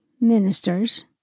ministers